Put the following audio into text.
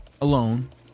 alone